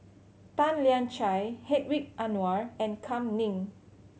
Tan Lian Chye Hedwig Anuar and Kam Ning